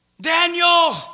Daniel